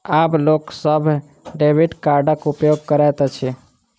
आब लोक सभ डेबिट कार्डक उपयोग करैत अछि